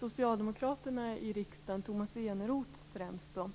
socialdemokraterna i riksdagen, främst Tomas Eneroth.